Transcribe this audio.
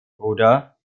bruder